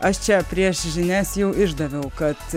aš čia prieš žinias jau išdaviau kad